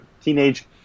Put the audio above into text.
teenage